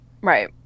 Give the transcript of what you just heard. Right